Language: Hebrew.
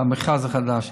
את המכרז החדש.